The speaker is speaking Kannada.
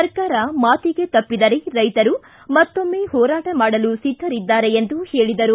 ಸರ್ಕಾರ ಮಾತಿಗೆ ತಪ್ಪಿದರೆ ರೈತರು ಮತ್ತೊಮ್ಮೆ ಹೋರಾಟ ಮಾಡಲು ಸಿದ್ದರಿದ್ದಾರೆ ಎಂದು ಹೇಳದರು